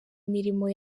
mirimo